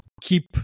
keep